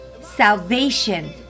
salvation